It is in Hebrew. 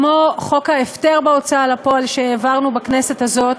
כמו חוק ההפטר בהוצאה לפועל שהעברנו בכנסת הזאת,